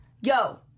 yo